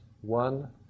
One